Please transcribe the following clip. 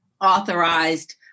authorized